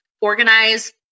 organize